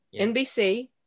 NBC